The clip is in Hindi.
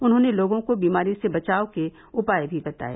उन्होंने लोगों को बीमारी से बचाव के उपाय भी बताये